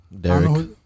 Derek